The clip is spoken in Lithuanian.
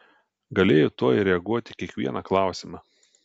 galėjo tuoj reaguoti į kiekvieną klausimą